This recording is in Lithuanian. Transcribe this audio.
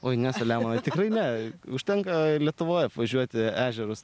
oi ne selemonai tikrai ne užtenka lietuvoj apvažiuoti ežerus